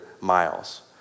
miles